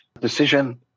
decision